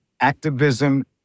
activism